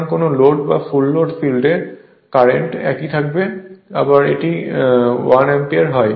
সুতরাং কোন লোড বা ফুল লোড ফিল্ড কারেন্ট একই থাকবে আবার এটি 1 অ্যাম্পিয়ার হয়